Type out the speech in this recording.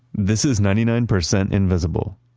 this is ninety nine percent invisible.